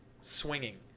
swinging